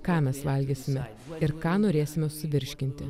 ką mes valgysime ir ką norėsime suvirškinti